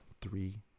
three